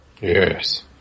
Yes